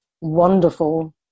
wonderful